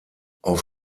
auf